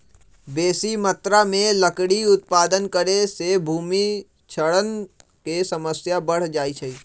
बेशी मत्रा में लकड़ी उत्पादन करे से भूमि क्षरण के समस्या बढ़ जाइ छइ